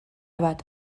bat